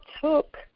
took